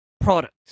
product